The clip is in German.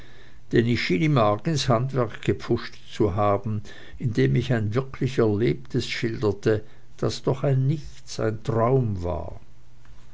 ich schien ihm arg ins handwerk gepfuscht zu haben indem ich ein wirklich erlebtes schilderte das doch ein nichts ein traum war